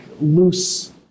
loose